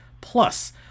Plus